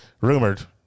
rumored